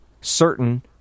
certain